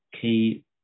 key